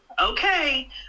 okay